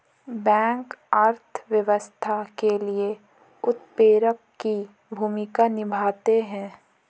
bank अर्थव्यवस्था के लिए उत्प्रेरक की भूमिका निभाते है